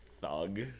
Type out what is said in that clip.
Thug